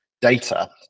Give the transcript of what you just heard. data